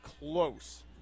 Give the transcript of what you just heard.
close